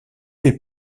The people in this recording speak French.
les